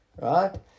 right